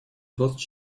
двадцать